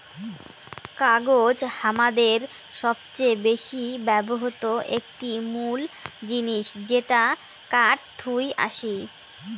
কাগজ হামাদের সবচেয়ে বেশি ব্যবহৃত একটি মুল জিনিস যেটা কাঠ থুই আসি